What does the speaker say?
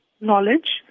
knowledge